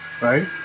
Right